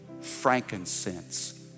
frankincense